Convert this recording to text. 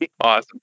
Awesome